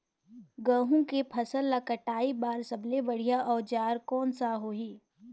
गहूं के फसल ला कटाई बार सबले बढ़िया औजार कोन सा होही?